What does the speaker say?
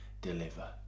deliver